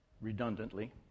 redundantly